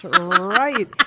right